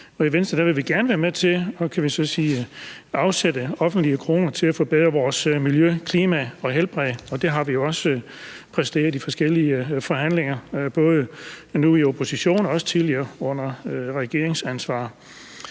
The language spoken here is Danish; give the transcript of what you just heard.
I Venstre vil vi gerne være med til at afsætte offentlige kroner til at forbedre vores miljø, klima og helbred, og det har vi også præsteret i forskellige forhandlinger, og det gælder både som nu i opposition, men også tidligere, da vi havde regeringsansvaret.